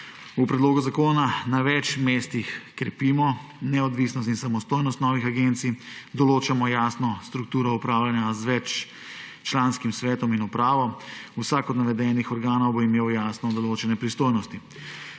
V predlogu zakona na več mestih krepimo neodvisnost in samostojnost novih agencij, določamo jasno strukturo upravljanja z veččlanskim svetom in upravo. Vsak od navedenih organov bo imel jasno določene pristojnosti.